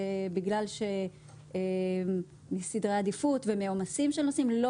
ובגלל סדרי עדיפות ועומסים של נושאים הוא לא